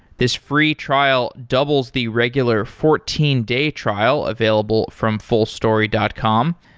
this free trial doubles the regular fourteen day trial available from fullstory dot com.